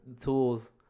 tools